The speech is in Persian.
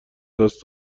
دست